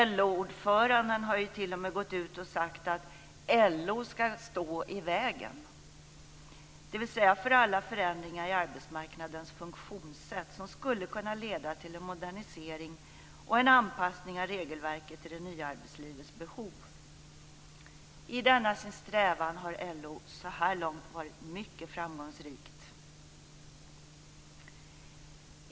LO-ordföranden har ju t.o.m. gått ut och sagt att LO ska stå i vägen, dvs. i vägen för alla förändringar i arbetsmarknadens funktionssätt som skulle kunna leda till en modernisering och en anpassning av regelverket till det nya arbetslivets behov. I denna sin strävan har LO så här långt varit mycket framgångsrikt.